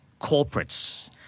corporates